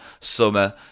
summer